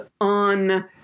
on